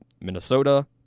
Minnesota